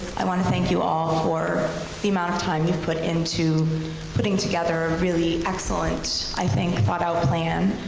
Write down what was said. i want to thank you all for the amount of time you've put into in putting together a really excellent i think thought out plan.